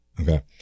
Okay